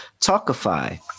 Talkify